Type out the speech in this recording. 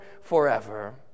forever